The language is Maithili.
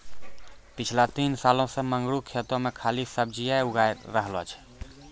पिछला तीन सालों सॅ मंगरू खेतो मॅ खाली सब्जीए उगाय रहलो छै